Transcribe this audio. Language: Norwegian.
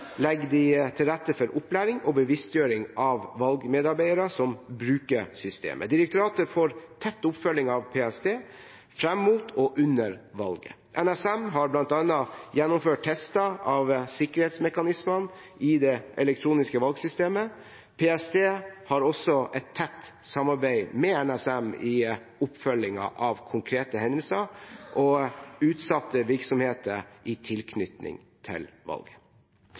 de til rette for opplæring og bevisstgjøring av valgmedarbeidere som bruker systemet. Direktoratet får tett oppfølging av PST fram mot og under valget. NSM har bl.a. gjennomført tester av sikkerhetsmekanismene i det elektroniske valgsystemet, PST har også et tett samarbeid med NSM i oppfølgingen av konkrete hendelser og utsatte virksomheter i tilknytning til valget.